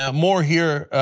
um more here.